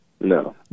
No